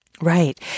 Right